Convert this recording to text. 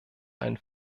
ein